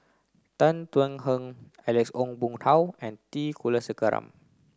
Tan Thuan Heng Alex Ong Boon Hau and T Kulasekaram